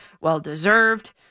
well-deserved